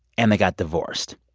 and they got divorced.